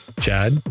Chad